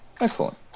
Excellent